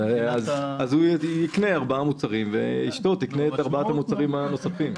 אז הוא יקנה ארבעה מוצרים ואשתו תקנה את ארבעת המוצרים הנוספים.